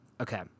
Okay